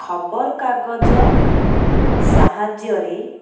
ଖବରକାଗଜ ସାହାଯ୍ୟରେ